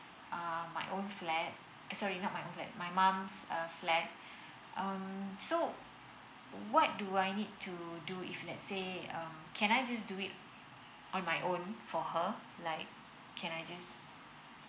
uh my own flat sorry not my own flat my mum's um flat um so what do I need to do if let's say um can I just do it on my own for her like can I just